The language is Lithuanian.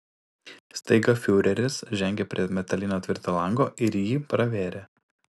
staiga fiureris žengė prie metalinio tvirto lango ir jį pravėrė